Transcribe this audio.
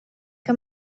que